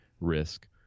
risk